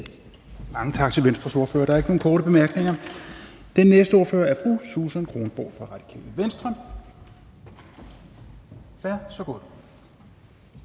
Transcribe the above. Mange tak til den konservative ordfører. Der er ikke nogen korte bemærkninger. Den næste ordfører er hr. Alex Ahrendtsen fra Dansk Folkeparti. Værsgo.